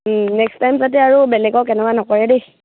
next time যাতে আৰু বেলেগক এনেকুৱা নকৰে দেই